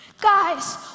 Guys